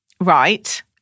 Right